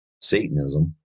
Satanism